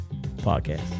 podcast